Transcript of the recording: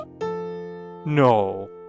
No